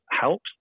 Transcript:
Helps